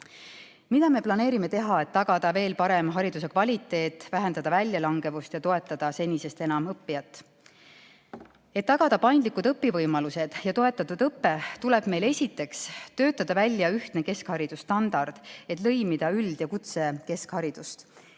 Mida me planeerime teha, et tagada veel parem hariduse kvaliteet, vähendada väljalangevust ja senisest enam toetada õppijat? Et tagada paindlikud õpivõimalused ja toetatud õpe, tuleb meil esiteks töötada välja ühtne keskharidusstandard, et lõimida üld‑ ja kutsekeskharidust.